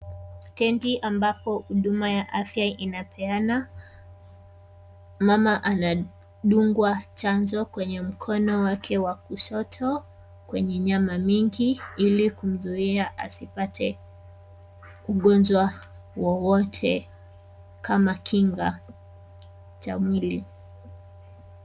Tenti ambapo huduma ya afya inapeanwa, mama anadungwa chanjo kwenye mkono wake wa kushoto, kwenye nyama mingi ili kumzuia asipate ugonjwa wowote kama kinga cha mwili.